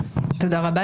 תודה רבה,